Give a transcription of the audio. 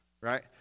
right